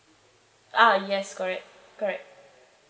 ah yes correct correct